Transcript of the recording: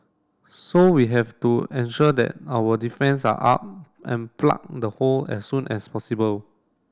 so we have to ensure that our defence are up and plug the hole as soon as possible